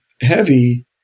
heavy